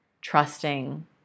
trusting